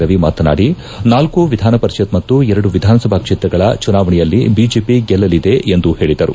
ರವಿ ಮಾತನಾಡಿ ನಾಲ್ಲು ವಿಧಾನಪರಿಷತ್ ಮತ್ತು ಎರಡು ವಿಧಾನಸಭಾ ಕ್ಷೇತಗಳ ಚುನಾವಣೆಯಲ್ಲಿ ಬಿಜೆಪಿ ಗೆಲ್ಲಲಿದೆ ಎಂದು ಹೇಳಿದರು